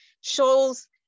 shows